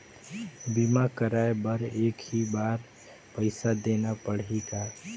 बीमा कराय बर एक ही बार पईसा देना पड़ही का?